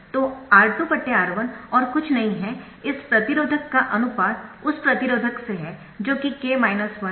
तो R2 R1 और कुछ नहीं है इस प्रतिरोधक का अनुपात उस प्रतिरोधक से है जो कि है